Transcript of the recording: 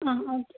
ആ ഓക്കെ